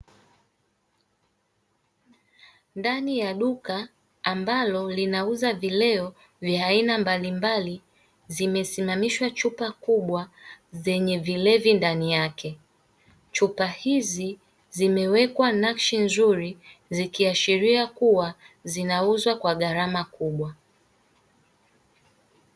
Ndani ya duka ambalo linauza vileo vya aina mbalimbali, zimesimamishwa chupa zimesimamishwa chupa kubwa zenye vilevi ndani yake. Chupa hizi zimewekwa nakshi nzuri zikiashiria kua zinauzwa kwa gharama kubwa.